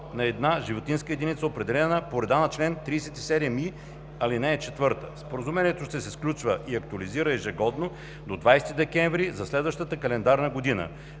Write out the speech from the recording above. на една животинска единица, определена по реда на чл. 37и, ал. 4. Споразумението ще се сключва и актуализира ежегодно до 20 декември за следващата календарна година.